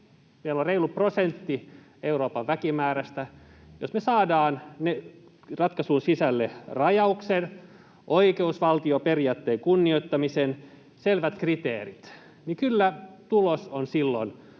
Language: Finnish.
on reilu prosentti Euroopan väkimäärästä, niin jos me saadaan ratkaisuun sisälle rajaus, oikeusvaltioperiaatteen kunnioittaminen, selvät kriteerit, niin kyllä tulos on silloin